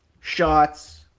shots